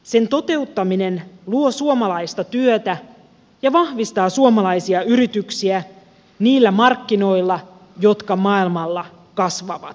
sen toteuttaminen luo suomalaista työtä ja vahvistaa suomalaisia yrityksiä niillä markkinoilla jotka maailmalla kasvavat